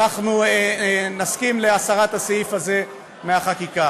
אנחנו נסכים להסרת הסעיף הזה מהחקיקה.